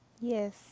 Yes